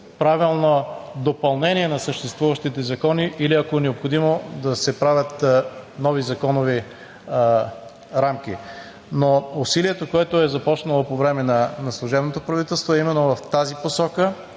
правилно допълнение на съществуващите закони или ако е необходимо, да се правят нови законови рамки. Но усилието, което е започнало по време на служебното правителство, е именно в тази посока